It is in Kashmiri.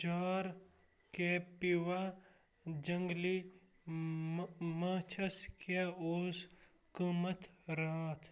جار کیپِوا جنٛگلی مہٕ ماچھس کیٛاہ اوس قۭمتھ راتھ